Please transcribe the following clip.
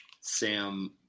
Sam